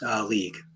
league